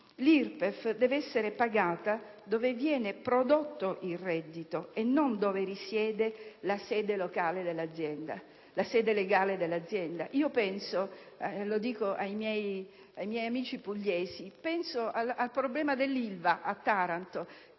L'IRPEF deve essere pagata dove viene prodotto il reddito e non dove ha sede legale l'azienda. Penso - lo dico ai miei amici pugliesi - al problema dell'Ilva di Taranto,